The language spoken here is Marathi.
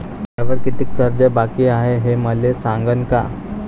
मायावर कितीक कर्ज बाकी हाय, हे मले सांगान का?